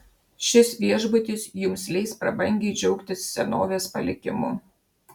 šis viešbutis jums leis prabangiai džiaugtis senovės palikimu